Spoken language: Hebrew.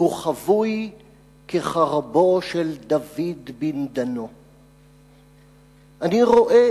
הוא חבוי כחרבו של דוד בנדנו.// אני רואה